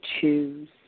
choose